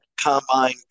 combine